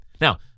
Now